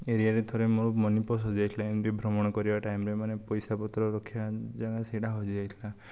ଏରିଆରେ ଥରେ ମୋର ମନି ପର୍ସ୍ ହଜିଯାଇଥିଲା ଏମିତି ଭ୍ରମଣ କରିବା ଟାଇମ୍ରେ ମାନେ ପଇସାପତ୍ର ରଖିବା ଜାଗା ସେଇଟା ହଜିଯାଇଥିଲା